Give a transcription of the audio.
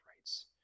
rights